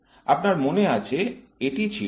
আপনার মনে আছে এটি ছিল